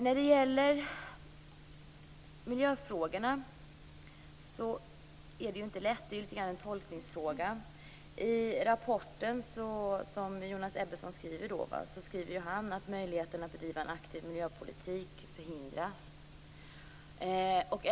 När det gäller miljöfrågorna är det inte lätt; det är tolkningsfrågor. I rapporten av Jonas Ebbesson skriver han att möjligheterna att bedriva en aktiv miljöpolitik förhindras.